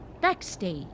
backstage